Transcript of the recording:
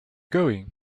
going